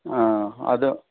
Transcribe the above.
ꯑꯥ ꯑꯗꯨ